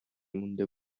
مونده